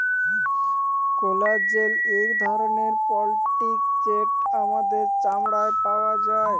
collagen ইক ধরলের পরটিল যেট আমাদের চামড়ায় পাউয়া যায়